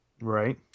Right